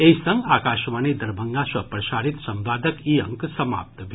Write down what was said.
एहि संग आकाशवाणी दरभंगा सँ प्रसारित संवादक ई अंक समाप्त भेल